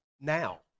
now